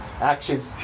action